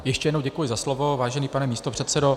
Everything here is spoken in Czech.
Ještě jednou děkuji za slovo, vážený pane místopředsedo.